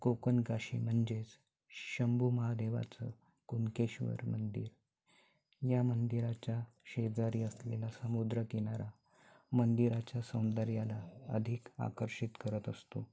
कोकण काशी म्हणजेच शंभू महादेवाचं कुणकेश्वर मंदिर या मंदिराच्या शेजारी असलेला समुद्र किनारा मंदिराच्या सौंदर्याला अधिक आकर्षित करत असतो